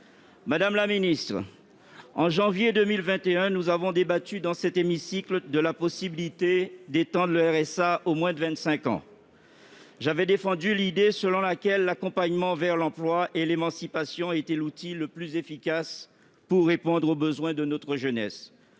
Madame la ministre, en janvier 2021, nous avons débattu dans cet hémicycle de la possibilité d'étendre le RSA (revenu de solidarité active) aux moins de 25 ans. J'avais défendu l'idée selon laquelle l'accompagnement vers l'emploi et l'émancipation était l'outil le plus efficace pour répondre aux besoins de notre jeunesse.